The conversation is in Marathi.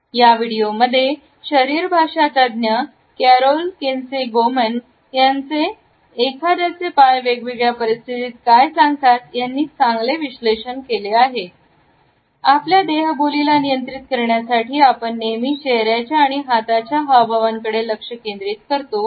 या व्हिडिओमध्ये शरीरभाषा तज्ञ कॅरोल किन्से गोमन यांचे एखाद्याचे पाय वेगवेगळ्या परिस्थितीत काय सांगतात विश्लेषण केले आहे आपल्या देहबोली ला नियंत्रित करण्यासाठी आपण नेहमी चेहऱ्याचे आणि हाताच्या हावभाव आंकडे लक्ष केंद्रित करतो